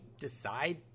decide